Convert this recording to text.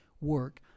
work